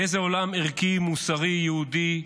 באיזה עולם ערכי, מוסרי, יהודי,